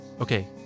Okay